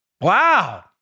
Wow